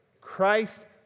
Christ